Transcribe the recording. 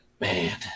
man